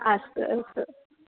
अस्तु अस्तु